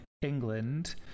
England